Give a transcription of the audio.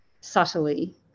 subtly